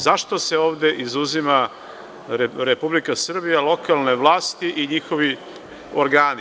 Zašto se ovde izuzima Republika Srbija, lokalne vlasti i njihovi organi?